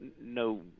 no